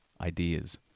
ideas